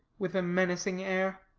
with a menacing air.